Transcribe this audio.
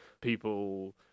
people